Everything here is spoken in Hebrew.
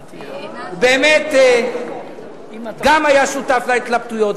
באמת, גם הוא היה שותף להתלבטויות.